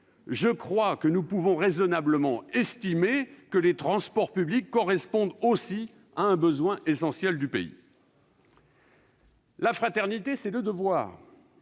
je crois que nous pouvons raisonnablement estimer que les transports publics correspondent aussi à un « besoin essentiel du pays ». La fraternité, c'est le devoir.